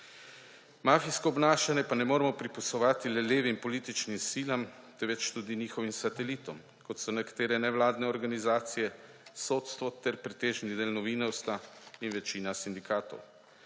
Mafijskega obnašanja pa ne moremo pripisovati le levim političnim silam, temveč tudi njihovim satelitom, kot so nekatere nevladne organizacije, sodstvo ter pretežni del novinarstva in večina sindikatov.